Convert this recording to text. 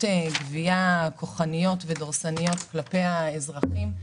גבייה כוחניות ודורסניות כלפי האזרחים.